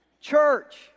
Church